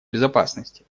безопасности